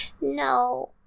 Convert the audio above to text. No